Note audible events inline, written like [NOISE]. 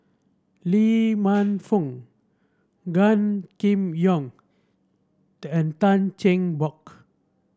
Lee Man Fong Gan Kim Yong [UNINTELLIGIBLE] and Tan Cheng Bock